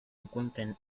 encuentra